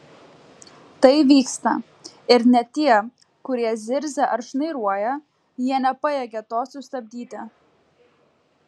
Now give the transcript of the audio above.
tai vyksta ir net tie kurie zirzia ar šnairuoja jie nepajėgia to sustabdyti